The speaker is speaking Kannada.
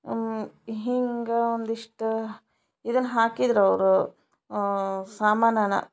ಹಿಂಗೆ ಒಂದಿಷ್ಟು ಇದನ್ನು ಹಾಕಿದರವ್ರು ಸಾಮಾನನ್ನ